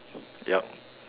yup